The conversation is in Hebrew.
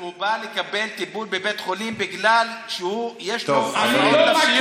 הוא בא לקבל טיפול בבית חולים בגלל שיש לו הפרעות נפשיות.